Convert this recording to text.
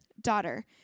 Daughter